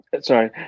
Sorry